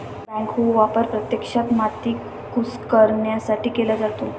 backhoe वापर प्रत्यक्षात माती कुस्करण्यासाठी केला जातो